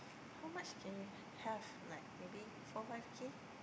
how much can you have like maybe four five K